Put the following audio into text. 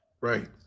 right